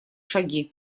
шаги